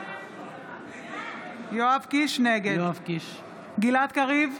נגד גלעד קריב,